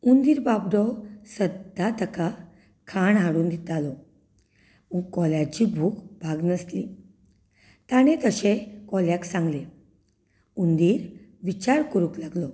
हुंदीर बाबडो सदां ताका खाण हाडून दितालो पूण कोल्याची भूक भागनासली ताणें तशें कोल्याक सांगलें हुंदीर विचार करूंक लागलो